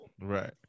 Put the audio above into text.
Right